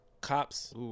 Cops